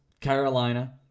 Carolina